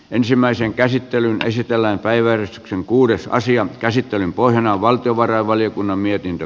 ensimmäisen käsittelyn käsitellään päivän kuudesta asian käsittelyn pohjana on valtiovarainvaliokunnan mietintö